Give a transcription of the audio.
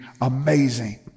amazing